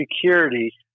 security